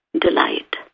delight